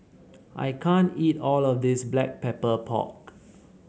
I can't eat all of this Black Pepper Pork